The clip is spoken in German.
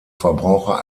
verbraucher